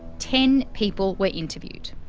ten people were interviewed.